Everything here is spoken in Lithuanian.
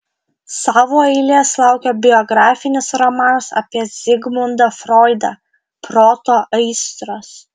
savo eilės laukia biografinis romanas apie zigmundą froidą proto aistros